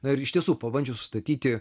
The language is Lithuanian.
na ir iš tiesų pabandžius statyti